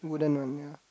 wooden one ya